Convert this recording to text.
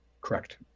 Correct